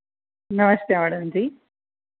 नमस्ते madam जी